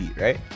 right